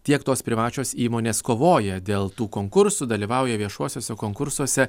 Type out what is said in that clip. tiek tos privačios įmonės kovoja dėl tų konkursų dalyvauja viešuosiuose konkursuose